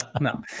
No